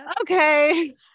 Okay